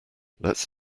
lets